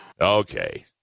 Okay